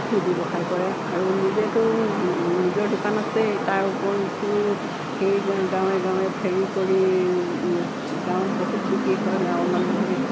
সেই ব্যৱসায় কৰে আৰু নিজেতো নিজৰ দোকান আছেই তাৰ ওপৰঞ্চিও সেই গাঁৱে গাঁৱে ফেৰি কৰি গাঁৱত বহুত বিক্ৰী হয় গাঁৱৰ মানুহে